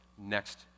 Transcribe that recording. next